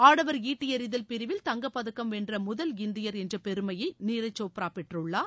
ஆடவர் ஈட்டி எறிதல் பிரிவில் தங்கப் பதக்கம் வென்ற முதல் இந்தியா் என்ற பெருமையை நீரஜ் சோப்ரா பெற்றுள்ளார்